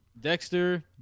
Dexter